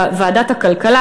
לוועדת הכלכלה,